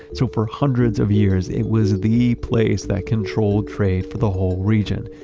so for hundreds of years, it was the place that controlled trade for the whole region.